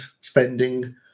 spending